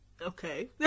Okay